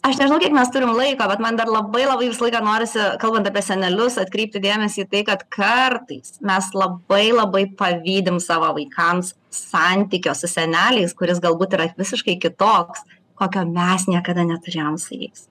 aš nežinau kiek mes turim laiko bet man dar labai labai visą laiką norisi kalbant apie senelius atkreipti dėmesį į tai kad kartais mes labai labai pavydim savo vaikams santykio su seneliais kuris galbūt yra visiškai kitoks kokio mes niekada neturėjom su jais